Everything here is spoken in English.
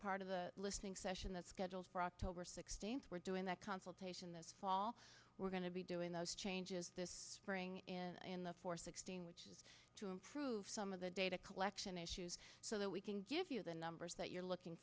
part of the listening session that's going we're doing that consultation that fall we're going to be doing those changes this spring for sixteen which is to improve some of the data collection issues so that we can give you the numbers that you're looking